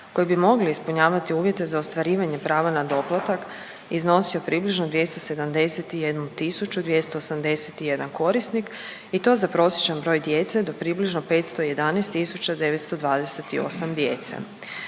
koji bi mogli ispunjavati uvjete za ostvarivanje prava na doplatak iznosio približno 271 tisuću 281 korisnik i to za prosječan broj djece do približno 511 tisuća 928 djece